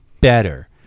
better